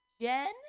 Jen